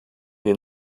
den